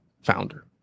founder